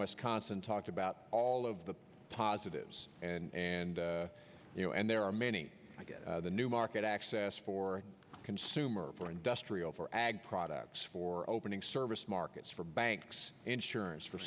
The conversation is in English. wisconsin talked about all of the positives and you know and there are many i guess the new market access for consumer for industrial for ag products for opening service markets for banks insurance for